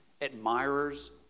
Admirers